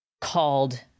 called